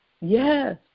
Yes